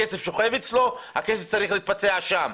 הכסף שוכב אצלו הכסף צריך להתבצע שם.